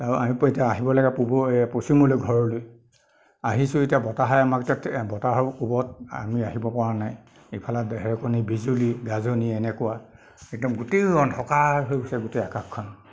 আৰু আমিতো এতিয়া আহিব লাগে পূব পশ্চিমলৈ ঘৰলৈ আহিছো এতিয়া বতাহে আমাক বতাহৰ কোবত আমি আহিবপৰা নাই ইফালে ঢেৰেকনি বিজুলী গাজনি এনেকুৱা একদম গোটেই অন্ধকাৰ হৈ গৈছে গোটেই আকাশখন